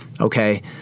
okay